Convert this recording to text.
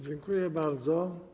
Dziękuję bardzo.